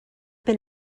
been